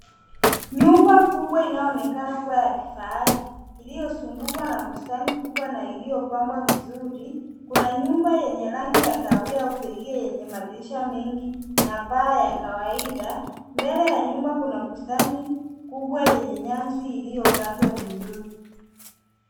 Nyumba kubwa inayoonekana kuwa ya kifahari iliyozungukwa na bustani kubwa na iliyopambwa vizuri. Kuna nyumba yenye rangi ya kahawia au beige yenye madirisha mengi na paa ya kawaida. Mbele ya nyumba kuna bustani kubwa yenye nyasi iliyokatwa vizuri.